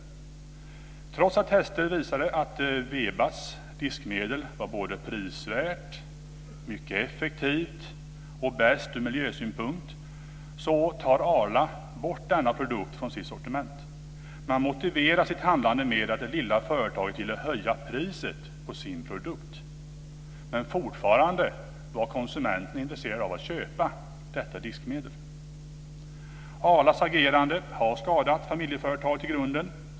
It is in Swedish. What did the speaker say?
Trots att test visade att Webas diskmedel var både prisvärt, mycket effektivt och bäst ur miljösynpunkt tar Arla bort denna produkt från sitt sortiment. Man motiverar sitt handlande med att det lilla företaget ville höja priset på sin produkt. Konsumenterna var dock fortfarande intresserade av att köpa detta diskmedel. Arlas agerande har skadat familjeföretaget i grunden.